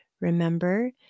remember